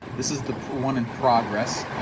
this is the one in progress,